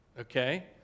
Okay